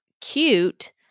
cute